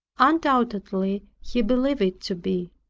undoubtedly he believed it to be.